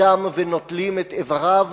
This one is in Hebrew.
אדם ונוטלים את איבריו.